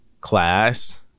class